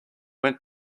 went